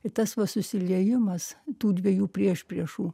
ir tas va susiliejimas tų dviejų priešpriešų